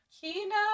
kina